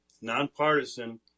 nonpartisan